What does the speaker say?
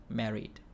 married